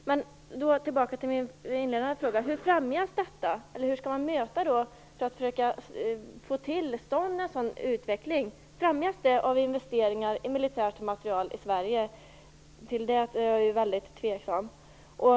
Jag går tillbaka till mina inledande frågor. Hur framges detta? Hur skall man få till stånd en sådan utveckling? Framges en sådan av investeringar i militär materiel i Sverige? Jag är väldigt tveksam till det.